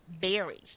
berries